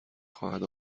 خواهد